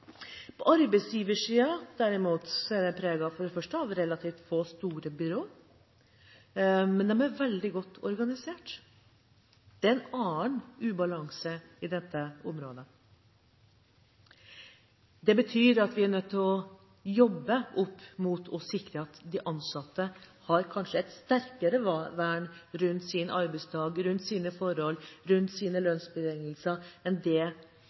På arbeidsgiversiden derimot er det relativt få, store byrå som er veldig godt organisert. Det er en annen ubalanse på dette området. Det betyr at vi er nødt til å jobbe for å sikre at disse ansatte kanskje har et sterkere vern rundt sin arbeidsdag, sine arbeidsforhold, sine lønnsbetingelser, enn det